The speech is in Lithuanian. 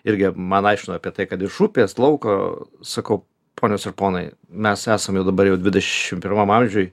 irgi man aiškino apie tai kad iš upės lauko sakau ponios ir ponai mes esame dabar jau dvidešim pirmam amžiuj